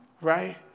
Right